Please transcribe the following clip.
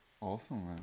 awesome